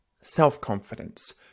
self-confidence